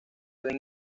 ven